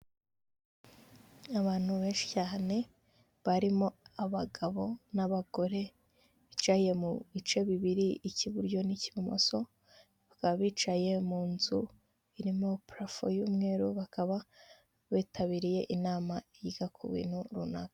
Abantu benshi cyane barimo abagabo n'abagore, bicaye mu bice bibiri icy'iburyo n'icy'ibumoso, bakaba bicaye mu nzu irimo purafo y'umweru, bakaba bitabiriye inama yiga ku bintu runaka.